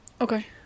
Okay